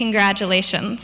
congratulations